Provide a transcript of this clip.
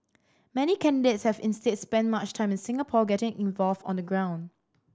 many candidates have instead spent much time in Singapore getting involved on the ground